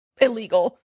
illegal